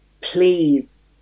Please